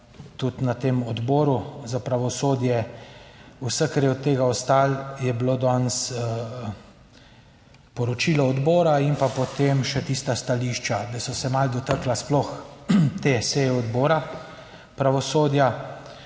tudi na tem Odboru za pravosodje, vse kar je od tega ostalo, je bilo danes poročilo odbora in pa potem še tista stališča, da so se malo dotaknila sploh te seje Odbora pravosodja,